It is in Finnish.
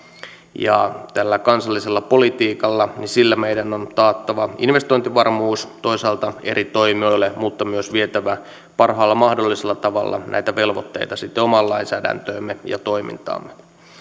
ja tällä kansallisella politiikalla meidän on toisaalta taattava investointivarmuus eri toimijoille mutta myös vietävä parhaalla mahdollisella tavalla näitä velvoitteita sitten omaan lainsäädäntöömme ja toimintaamme